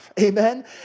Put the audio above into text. Amen